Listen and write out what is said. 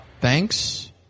thanks